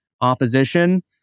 opposition